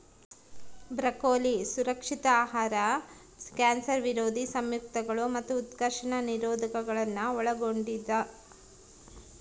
broccoli ಸುರಕ್ಷಿತ ಆಹಾರ cancer ವಿರೋಧಿ ಸಂಯುಕ್ತಗಳು ಮತ್ತು ಉತ್ಕರ್ಷಣ ನಿರೋಧಕಗುಳ್ನ ಒಳಗೊಂಡಿದ